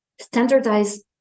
standardize